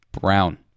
Brown